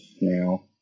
now